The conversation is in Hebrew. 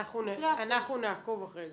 אנחנו נעקוב אחרי זה.